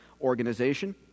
organization